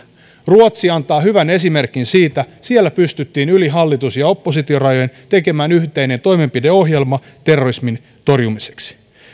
ruotsi antaa hyvän esimerkin siitä siellä pystyttiin yli hallitus ja oppositiorajojen tekemään yhteinen toimenpideohjelma terrorismin torjumiseksi